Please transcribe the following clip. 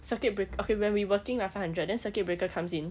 circuit break okay when we working ah five hundred then circuit breaker comes in